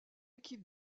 équipe